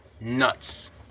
nuts